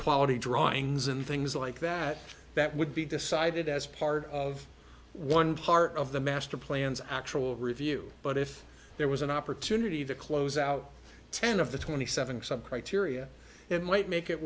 quality drawings and things like that that would be decided as part of one part of the master plans actual review but if there was an opportunity to close out ten of the twenty seven some criteria it might make it